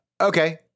Okay